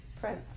Prince